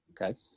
Okay